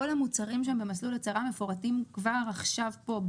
כל המוצאים שהם במסלול הצהרה מפורטים כבר עכשיו פה,